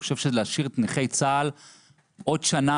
אני חושב שלהשאיר את נכי צה"ל עוד שנה